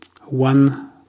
one